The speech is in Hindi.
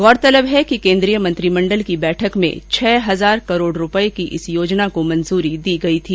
गौरतलब है कि केन्द्रीय मंत्रिमंडल की बैठक में छह हजार करोड़ रुपये की इस योजना को मंजूरी दी गयी थी